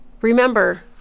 Remember